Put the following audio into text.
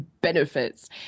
benefits